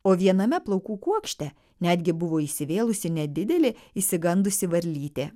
o viename plaukų kuokšte netgi buvo įsivėlusi nedidelė išsigandusi varlytė